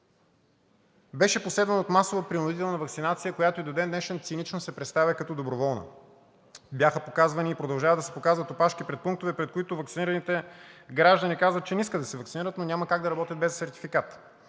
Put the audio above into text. беше последван от масова принудителна ваксинация, която и до ден днешен цинично се представя като доброволна. Бяха показвани и продължават да се показват опашки пред пунктове, пред които ваксинираните граждани казват, че не искат да се ваксинират, но няма как да работят без сертификат.